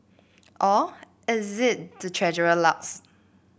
or is it the Treasurer lucks